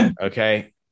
Okay